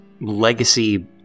legacy